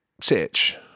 sitch